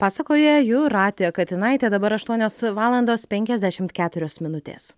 pasakoja jūratė katinaitė dabar aštuonios valandos penkiasdešimt keturios minutės